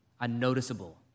unnoticeable